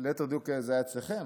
ליתר דיוק זה היה אצלכם,